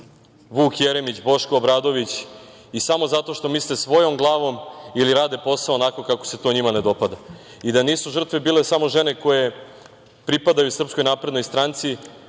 Vuk Jeremić, Boško Obradović i samo zato što misle svojom glavom ili rade posao onako kako se to njima ne dopada. Nisu žrtve bile samo žene koje pripadaju SNS. Podsetiću vas